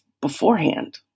beforehand